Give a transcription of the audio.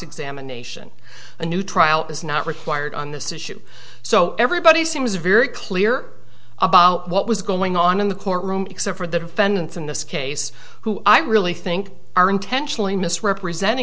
examination a new trial is not required on this issue so everybody seems very clear about what was going on in the courtroom except for the defendants in this case who i really think are intentionally misrepresent